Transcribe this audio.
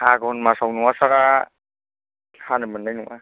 आघन मास नङासारा हानो मोननाय नङा